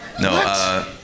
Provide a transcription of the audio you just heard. No